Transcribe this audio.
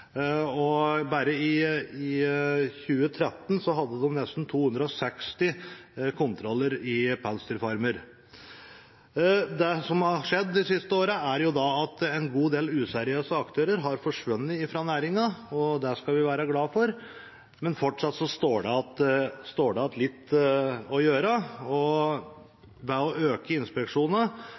Bare i 2013 hadde de nesten 260 kontroller av pelsdyrfarmer. Det som har skjedd de siste årene, er at en god del useriøse aktører har forsvunnet fra næringen – og det skal vi være glade for – men fortsatt står det igjen litt å gjøre. Økt inspeksjon fra Mattilsynet og